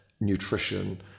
nutrition